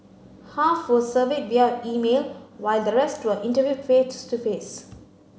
half were surveyed via email while the rest were interviewed face to face